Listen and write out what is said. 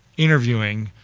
interviewing,